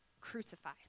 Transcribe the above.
crucify